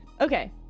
Okay